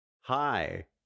Hi